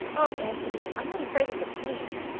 oh, anthony, i'm not afraid of the pain.